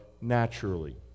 naturally